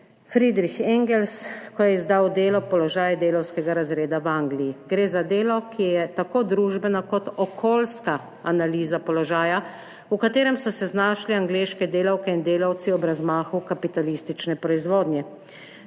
Friedrich Engels, ko je izdal delo Položaj delavskega razreda v Angliji. Gre za delo, ki je tako družbena kot okoljska analiza položaja, v katerem so se znašli angleške delavke in delavci ob razmahu kapitalistične proizvodnje.